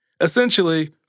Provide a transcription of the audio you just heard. Essentially